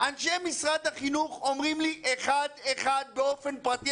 אנשי משרד החינוך אומרים לי אחד-אחד באופן פרטי,